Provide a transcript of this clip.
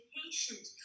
patient